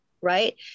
right